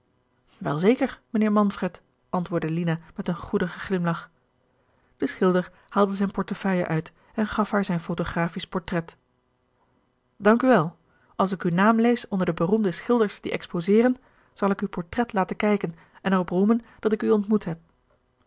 wel zeker mijnheer manfred antwoordde lina met een goedigen glimlach de schilder haalde zijne portefeuille uit en gaf haar zijn photografisch portret dank u wel als ik uw naam lees onder de beroemde schilders die exposeeren zal ik uw portret laten kijken en er op roemen dat ik u ontmoet heb